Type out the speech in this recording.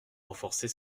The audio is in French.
renforcer